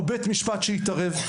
או בית משפט שיתערב?